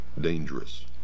dangerous